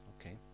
Okay